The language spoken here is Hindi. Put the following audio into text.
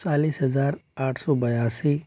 चालीस हजार आठ सौ बयासी